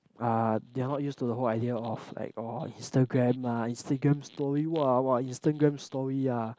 ah they are not used to the whole idea of like oh Instagram ah Instagram story !wah! !wah! Instagram story ah